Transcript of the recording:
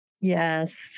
Yes